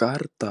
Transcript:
kartą